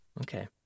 Okay